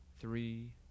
three